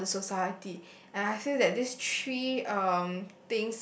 for the society and I feel that this three um